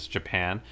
Japan